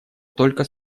только